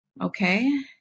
okay